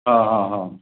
ହଁ ହଁ ହଁ